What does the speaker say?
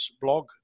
blog